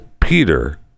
Peter